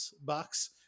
box